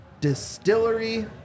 Distillery